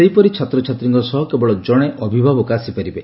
ସେହିପରି ଛାତ୍ରଛାତ୍ରୀଙ୍କ ସହ କେବଳ କଣେ ଅଭିଭାବକ ଆସିପାରିବେ